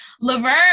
Laverne